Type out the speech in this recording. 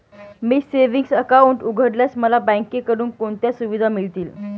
मी savings account उघडल्यास मला बँकेकडून कोणत्या सुविधा मिळतील?